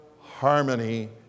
harmony